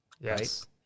Yes